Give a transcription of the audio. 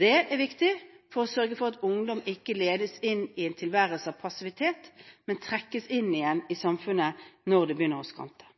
Det er viktig for å sørge for at ungdom ikke ledes inn i en tilværelse av passivitet, men trekkes inn igjen i samfunnet når det begynner å skrante.